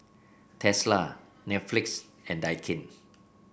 Tesla Netflix and Daikin